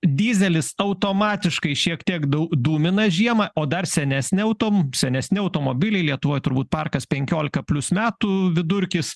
dyzelis automatiškai šiek tiek dau dūmina žiemą o dar senesni autom senesni automobiliai lietuvoj turbūt parkas penkiolika plius metų vidurkis